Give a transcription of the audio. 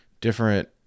different